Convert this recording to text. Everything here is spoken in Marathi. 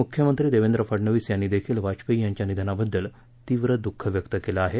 मुख्यमंत्री देवेंद्र फडणवीस यांनी देखील वाजपेयी यांच्या निधनाबद्दल तीव्र दुःख व्यक्त केलं आहे